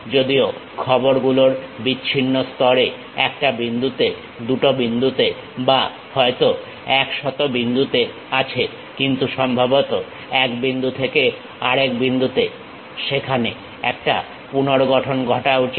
যদিও খবরগুলো বিচ্ছিন্ন স্তরে একটা বিন্দুতে দুটো বিন্দুতে বা হয়তো একশত বিন্দুতে আছে কিন্তু সম্ভবত এক বিন্দু থেকে আরেক বিন্দুতে সেখানে একটা পুনর্গঠন ঘটা উচিত